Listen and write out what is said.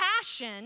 passion